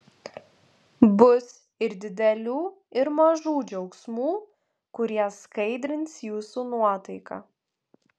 bus ir didelių ir mažų džiaugsmų kurie skaidrins jūsų nuotaiką